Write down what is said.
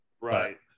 Right